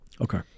Okay